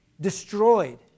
destroyed